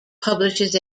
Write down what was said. publishes